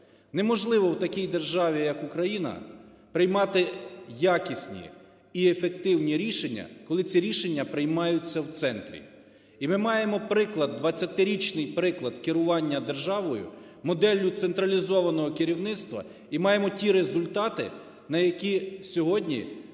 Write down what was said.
Неможливо у такій державі, як Україна, приймати якісні і ефективні рішення, коли ці рішення приймаються в центрі. І ми маємо приклад, 20-річний приклад керування державою, моделлю централізованого керівництва і має ті результати, на які сьогодні